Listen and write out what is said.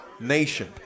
nation